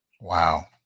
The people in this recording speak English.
Wow